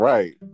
Right